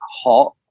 hot